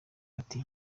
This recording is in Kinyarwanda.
ati